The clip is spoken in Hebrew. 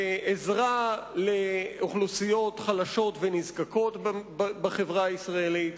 לעזרה לאוכלוסיות חלשות ונזקקות בחברה הישראלית.